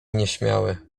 nieśmiały